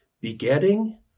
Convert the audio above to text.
begetting